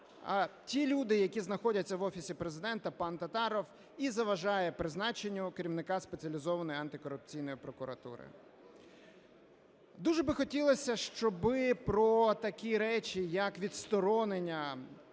ті люди, які знаходяться в Офісі Президента, пан Татаров і заважає призначенню керівника Спеціалізованої антикорупційної прокуратури. Дуже би хотілося, щоби про такі речі, як відсторонення